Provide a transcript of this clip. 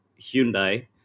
Hyundai